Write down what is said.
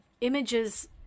images